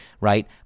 right